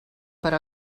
però